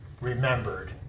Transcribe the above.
remembered